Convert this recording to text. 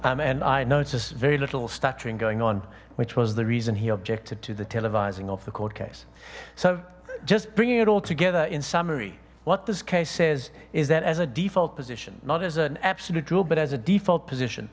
mean i know it's just very little stature in going on which was the reason he objected to the televising off the court case so just bringing it all together in summary what this case says is that as a default position not as an absolute rule but as a default position